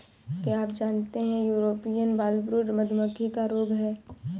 क्या आप जानते है यूरोपियन फॉलब्रूड मधुमक्खी का रोग है?